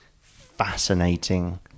fascinating